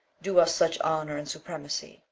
do us such honour and supremacy,